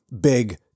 big